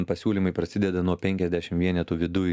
pasiūlymai prasideda nuo penkiasdešim vienetų viduj